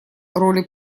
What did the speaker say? роли